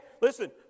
listen